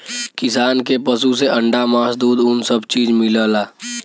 किसान के पसु से अंडा मास दूध उन सब चीज मिलला